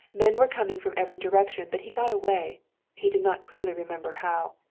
men were coming from every direction, but he got away he did not clearly remember how.